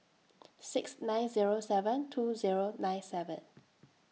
six nine Zero seven two Zero nine seven